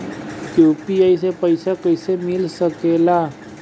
UPI से पइसा कईसे मिल सके ला?